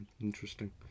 Interesting